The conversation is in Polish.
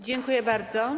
Dziękuję bardzo.